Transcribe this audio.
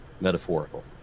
metaphorical